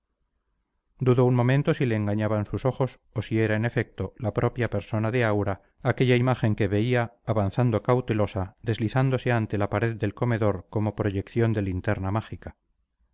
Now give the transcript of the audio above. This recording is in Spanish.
un momento si le engañaban sus ojos o si era en efecto la propia persona de aura aquella imagen que vela avanzando cautelosa deslizándose ante la pared del comedor como proyección de linterna mágica